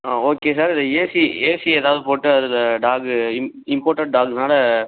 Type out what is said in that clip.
ஆ okay sir இது AC AC ஏதாவது போட்டு அதில் டாக்கு இம் இம்போர்ட்டட் டாக்குனால்